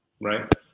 right